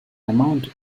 amount